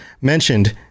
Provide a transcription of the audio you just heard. mentioned